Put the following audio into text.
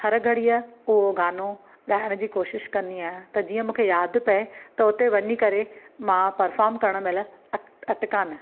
हर घड़ीअ उहो गानो ॻाइण जी कोशिश कंदी आहियां त जीअं मूंखे यादि पिए त उते वञी करे मां पर्फ़ाम करणु महिल अटिका न